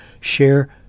share